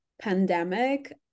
pandemic